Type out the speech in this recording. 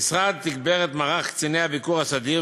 המשרד תגבר את מערך קציני הביקור הסדיר